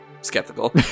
skeptical